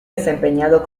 desempeñado